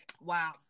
Wow